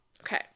okay